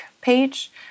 page